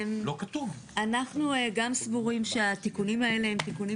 אנחנו גם סבורים שהתיקונים האלה הם תיקונים